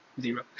zero